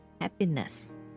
happiness